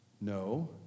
No